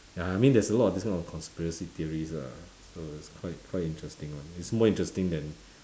ya I mean there's a lot of these kind of conspiracy theories lah so it's quite quite interesting one it's more interesting than